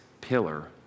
pillar